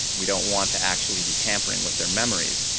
we don't want to actually be tampering with their memories.